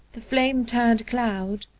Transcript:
the flame turned cloud,